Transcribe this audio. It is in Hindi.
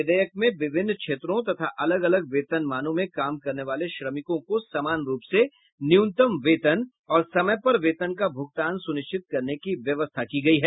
विधेयक में विभिन्न क्षेत्रों तथा अलग अलग वेतनमानों में काम करने वाले श्रमिकों को समान रूप से न्यूनतम वेतन और समय पर वेतन का भुगतान सुनिश्चित करने की व्यवस्था की गयी है